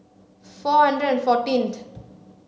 four hundred and fourteenth